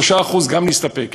3% גם נסתפק.